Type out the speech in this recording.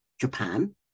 Japan